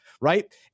right